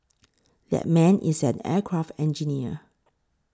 that man is an aircraft engineer